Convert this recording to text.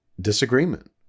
disagreement